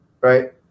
right